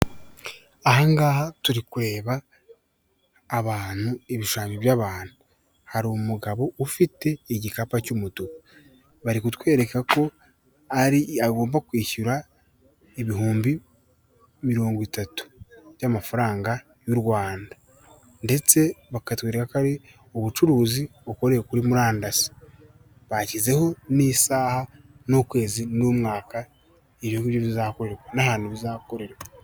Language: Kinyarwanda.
Aha ngaha turi kureba abantu, ibishushanyo by'abantu, hari umugabo ufite igikapu cy'umutuku, bari kutwereka ko agomba kwishyura ibihumbi mirongo itatu by'amafaranga y'u Rwanda, ndetse bakatwereka ko ari ubucuruzi bukorewe kuri murandasi, bashyizeho n'isaha n'ukwezi n'umwaka ibyo ngibyo bizakorerwa n'ahantu bizakorerwa.